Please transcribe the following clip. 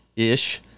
ish